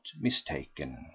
mistaken